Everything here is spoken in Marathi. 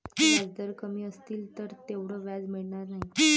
व्याजदर कमी असतील तर तेवढं व्याज मिळणार नाही